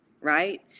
Right